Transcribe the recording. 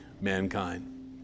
mankind